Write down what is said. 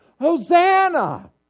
Hosanna